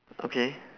okay